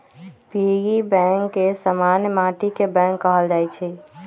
piggy bank के समान्य माटिके बैंक कहल जाइ छइ